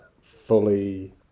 fully